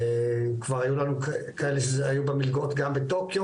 כבר היו לנו כאלה שהיו במלגות גם בטוקיו,